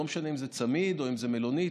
לא משנה אם צמיד או מלונית,